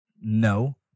No